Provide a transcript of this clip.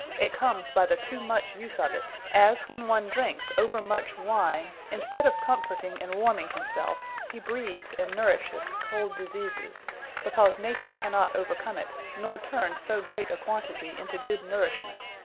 it comes by the too much use of it as when one drinkes over much wine, in stead of comforting, and warming himselfe, he breeds, and nourisheth cold diseases because nature cannot overcome it, nor turne so great a quantity into good nourishment.